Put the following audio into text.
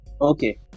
Okay